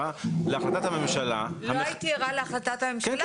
להחלטת הממשלה --- לא הייתי ערה להחלטת הממשלה,